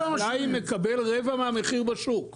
החקלאי מקבל רבע מהמחיר בשוק.